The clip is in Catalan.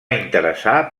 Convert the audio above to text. interessar